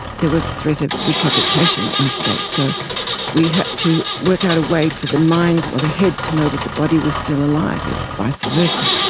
there was threat of decapitation at one stage. so we had to work out a way for the mind or the head to know that the body was still alive and vice versa,